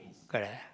correct